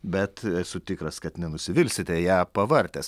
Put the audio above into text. bet esu tikras kad nenusivilsite ją pavartęs